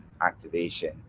activation